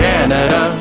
Canada